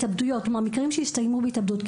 ההתאבדויות, כלומר, מקרים שהסתיימו בהתאבדות.